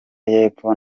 y’epfo